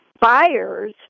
buyers